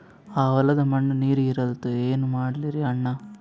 ಆ ಹೊಲದ ಮಣ್ಣ ನೀರ್ ಹೀರಲ್ತು, ಏನ ಮಾಡಲಿರಿ ಅಣ್ಣಾ?